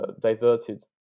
diverted